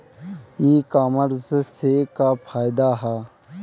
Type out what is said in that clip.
ई कामर्स से का फायदा ह?